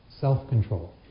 self-control